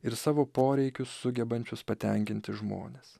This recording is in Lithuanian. ir savo poreikius sugebančius patenkinti žmones